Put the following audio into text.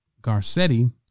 Garcetti